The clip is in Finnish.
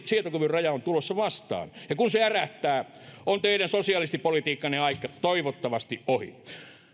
sietokyvyn raja on tulossa vastaan ja kun se ärähtää on teidän sosialistipolitiikkaanne aika toivottavasti ohi